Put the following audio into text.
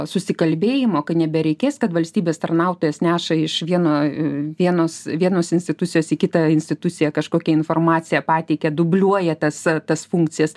susikalbėjimo kai nebereikės kad valstybės tarnautojas neša iš vieno vienos vienos institucijos į kitą instituciją kažkokią informaciją pateikia dubliuoja tas tas funkcijas